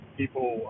people